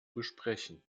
besprechen